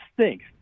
stinks